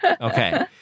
Okay